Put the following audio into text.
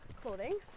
clothing